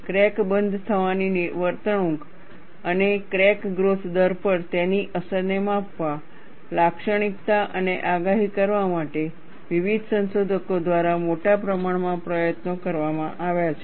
crack બંધ થવાની વર્તણૂક અને ક્રેક ગ્રોથ દર પર તેની અસરને માપવા લાક્ષણિકતા અને આગાહી કરવા માટે વિવિધ સંશોધકો દ્વારા મોટા પ્રમાણમાં પ્રયત્નો કરવામાં આવ્યા છે